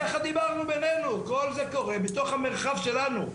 ככה דיברנו בינינו, כל זה קורה בתוך המרחב שלנו.